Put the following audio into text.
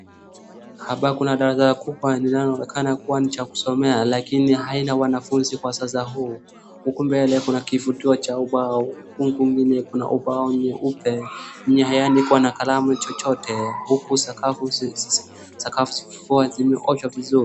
Hapa kuna darasa kubwa linaloonekana kuwa ni cha kusomea, lakini haina wanafunzi kwa sasa huu. Huku mbele kuna kifutio cha ubao, huku kwingine kuna ubao nyeupe. Ni haya ni kuwa na kalamu chochote huku sakafu zikikuwa zimeoshwa vizuri.